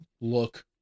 look